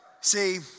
See